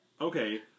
Okay